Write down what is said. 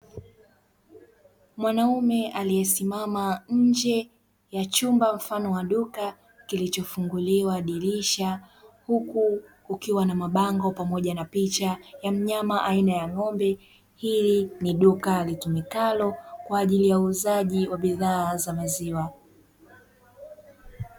Mwanaume aliyesimama nje ya chumba mfano wa duka kilichofunguliwa dirisha huku kukiwa na mabango pamoja na picha ya mnyama aina ya ng'ombe, hili ni duka litumikalo kwa ajili ya uuzaji wa bidhaa za maziwa.